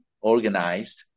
organized